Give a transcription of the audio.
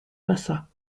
massat